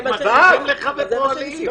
מקשיבים לך ופועלים.